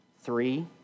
Three